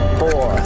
four